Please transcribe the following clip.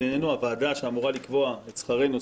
עינינו הוועדה שאמורה לקבוע את שכרנו,